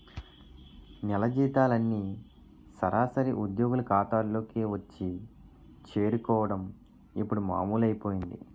నెల జీతాలన్నీ సరాసరి ఉద్యోగుల ఖాతాల్లోకే వచ్చి చేరుకోవడం ఇప్పుడు మామూలైపోయింది